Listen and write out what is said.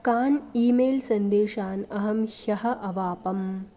कान् email सन्देशान् अहं ह्यः अवापम्